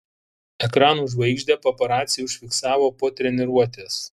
ekranų žvaigždę paparaciai užfiksavo po treniruotės